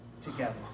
together